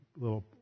little